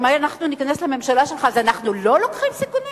שאם אנחנו ניכנס לממשלה שלך אז אנחנו לא לוקחים סיכונים?